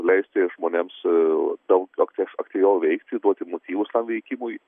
leisti žmonėms daug ak aktyviau veikti duoti motyvus tam veikimui